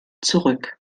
zurück